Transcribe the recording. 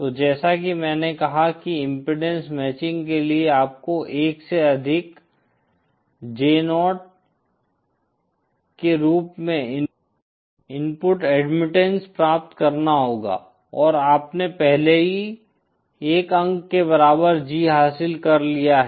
तो जैसा कि मैंने कहा कि इम्पीडेन्स मैचिंग के लिए आपको 1 से अधिक J0 स्पष्ट गले के रूप में इनपुट एडमिटन्स प्राप्त करना होगा और आपने पहले ही 1 अंक के बराबर G हासिल कर लिया है